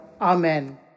Amen